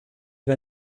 wir